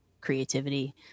creativity